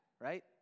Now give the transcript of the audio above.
right